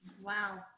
Wow